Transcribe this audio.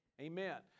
Amen